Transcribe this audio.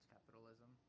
Capitalism